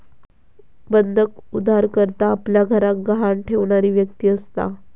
बंधक उधारकर्ता आपल्या घराक गहाण ठेवणारी व्यक्ती असता